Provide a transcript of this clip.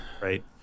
right